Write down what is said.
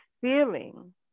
feeling